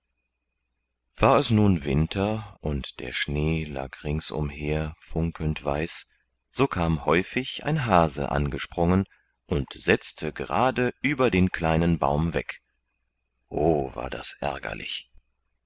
war es nun winter und der schnee lag ringsumher funkelnd weiß so kam häufig ein hase angesprungen und setzte gerade über den kleinen baum weg o das war ärgerlich